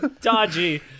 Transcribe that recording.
dodgy